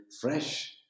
fresh